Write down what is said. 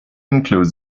includes